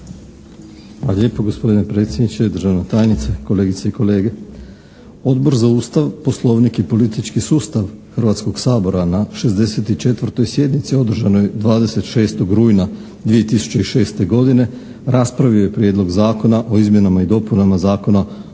Hrvatskog sabora na 64. sjednici održanoj 26. rujna 2006. godine raspravio je Prijedlog zakona o izmjenama i dopunama Zakona